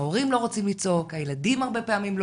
ההורים לא רוצים לצעוק, הילדים הרבה פעמים לא,